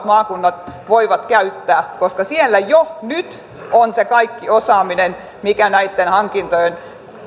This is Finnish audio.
maakunnat voivat käyttää koska siellä jo nyt on se kaikki osaaminen mikä näitten hankintojen